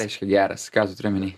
reiškia geras ką tu turi omeny